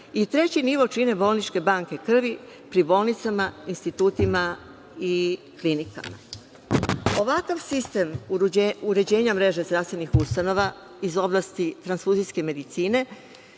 Treći nivo čine bolničke banke krvi pri bolnicama, institutima i klinikama. Ovakav sistem uređenja mreže zdravstvenih ustanova iz oblasti transfuzijske medicine